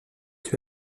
tué